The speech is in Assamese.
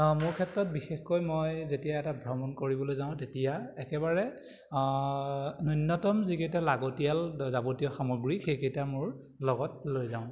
মোৰ ক্ষেত্ৰত বিশেষকৈ মই যেতিয়া এটা ভ্ৰমণ কৰিবলৈ যাওঁ তেতিয়া একেবাৰে ন্যূন্যতম যিকেইটা লাগতিয়াল যাৱতীয় সামগ্ৰী সেইকেইটা মোৰ লগত লৈ যাওঁ